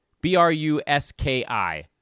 B-R-U-S-K-I